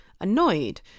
annoyed